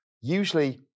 usually